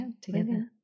together